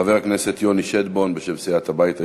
חבר הכנסת יוני שטבון בשם סיעת הבית היהודי,